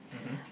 mmhmm